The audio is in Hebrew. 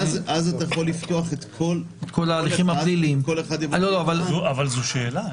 בעצם תוכל לפתוח את כל ההליכים וכל אחד יבקש לפתוח --- אבל זו שאלה.